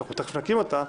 שתיכף נקים אותה,